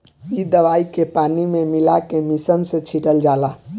इ दवाई के पानी में मिला के मिशन से छिटल जाला